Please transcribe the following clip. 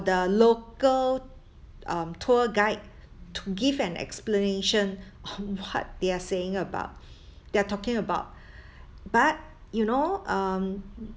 the local um tour guide to give an explanation on what they're saying about they're talking about but you know um